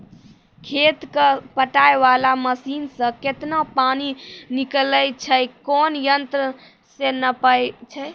खेत कऽ पटाय वाला मसीन से केतना पानी निकलैय छै कोन यंत्र से नपाय छै